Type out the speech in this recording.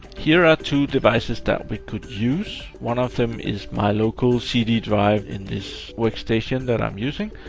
here are two devices that we could use. one of them is my local cd drive in this workstation that i'm using.